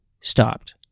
stopped